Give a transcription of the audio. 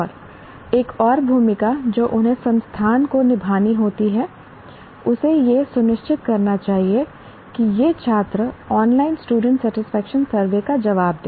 और एक और भूमिका जो उन्हें संस्थान को निभानी होती है उसे यह सुनिश्चित करना चाहिए कि यह छात्र ऑनलाइन स्टूडेंट सेटिस्फेक्शन सर्वे का जवाब दे